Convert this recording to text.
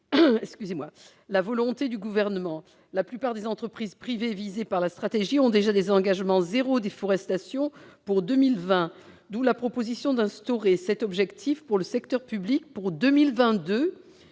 la volonté du Gouvernement. La plupart des entreprises privées visées par la stratégie ont déjà des engagements zéro déforestation pour 2020. Nous proposons par conséquent d'instaurer cet objectif pour le secteur public à